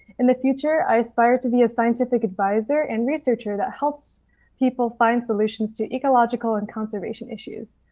in the future i aspire to be a scientific advisor and researcher that helps people find solutions to ecological and conservation issues.